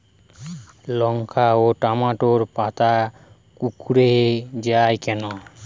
লঙ্কা ও টমেটোর পাতা কুঁকড়ে য়ায় কেন?